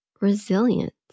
resilience